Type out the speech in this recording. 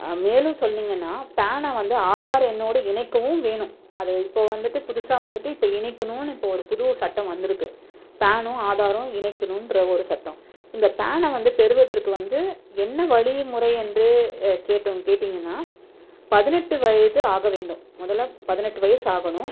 மேலும் சொன்னீங்கன்னால் பேனை வந்து ஆதார் எண்ணோடு இணைக்கவும் வேணும் அதை இப்போது வந்துட்டு புதுசாக வந்துட்டு இப்போ இணைக்கணும் இப்போ ஒரு புது சட்டம் வந்திருக்கு பேனும் ஆதாரும் இணைக்கணுங்ற ஒரு சட்டம் இந்த பேனை வந்து பெறுவதற்கு வந்து என்ன வழிமுறை என்று கேட்டோம் கேட்டீங்கன்னால் பதினெட்டு வயது ஆகவேண்டும் முதல்ல பதினெட்டு வயது ஆகணும்